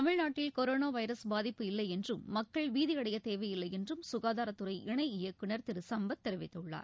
தமிழ்நாட்டில் corona virus பாதிப்பு இல்லையென்றும் மக்கள் பீதியடையத் தேவையில்லை என்றும் சுகாதாரத்துறை இணை இயக்குனர் திரு சம்பத் தெரிவித்துள்ளார்